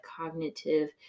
cognitive